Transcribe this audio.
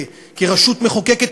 כרשות מחוקקת,